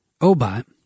Obot